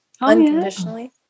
unconditionally